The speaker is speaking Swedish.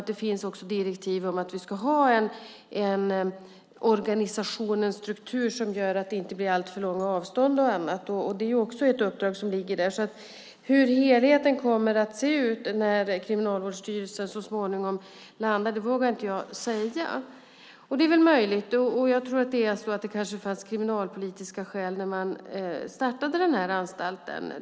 Det finns också direktiv om att vi ska ha en organisation och en struktur som gör att det inte blir alltför långa avstånd. Det är ett uppdrag som ligger där, så hur helheten kommer att se ut när Kriminalvårdsstyrelsen så småningom landar vågar jag inte säga. Det är möjligt - jag tror att det är så - att det fanns kriminalpolitiska skäl när man startade den här anstalten.